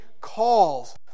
calls